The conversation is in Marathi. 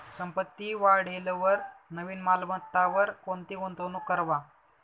संपत्ती वाढेलवर नवीन मालमत्तावर कोणती गुंतवणूक करवा